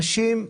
האנשים,